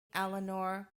eleanor